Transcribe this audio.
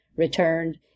returned